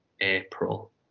April